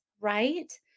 right